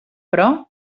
però